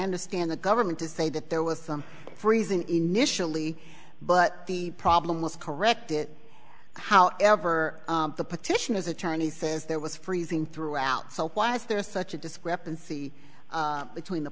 understand the government to say that there was some reason initially but the problem was corrected however the petition his attorney says there was freezing throughout so why is there such a discrepancy between the